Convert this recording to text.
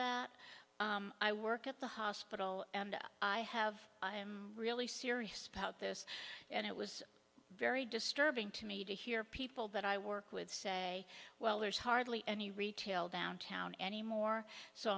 that i work at the hospital and i have really serious about this and it was very disturbing to me to hear people that i work with say well there's hardly any retail downtown anymore so